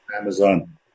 Amazon